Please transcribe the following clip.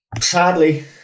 sadly